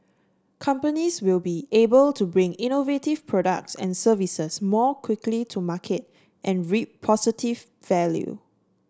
companies will be able to bring innovative products and services more quickly to market and reap positive value